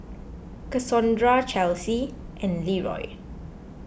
Cassondra Chelsey and Leeroy